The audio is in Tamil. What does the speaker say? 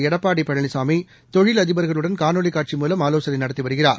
எடப்பாடிபழனிசாமிதொழில்அதிபர்களுடன்காணொலிக்காட்சிமூலம்ஆலோச னைநடத்திவருகிறார்